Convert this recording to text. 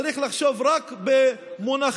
צריך לחשוב רק במונחים